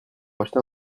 acheter